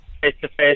Face-to-face